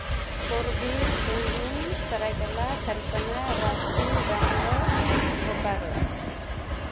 Purbi Singhbhum Saraikela Kharsawan Ranchi Ramgarh Bokaro